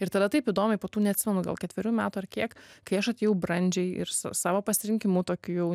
ir tada taip įdomiai po tų neatsimenu gal ketverių metų ar kiek kai aš atėjau brandžiai ir su savo pasirinkimu tokiu jau